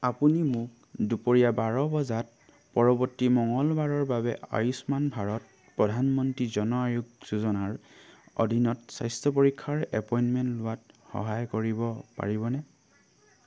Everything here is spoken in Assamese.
আপুনি মোক দুপৰীয়া বাৰ বজাত পৰৱৰ্তী মঙলবাৰৰ বাবে আয়ুষ্মান ভাৰত প্ৰধানমন্ত্ৰী জন আৰোগ্য যোজনাৰ অধীনত স্বাস্থ্য পৰীক্ষাৰ এপইণ্টমেণ্ট লোৱাত সহায় কৰিব পাৰিবনে